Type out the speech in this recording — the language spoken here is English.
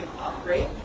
upgrade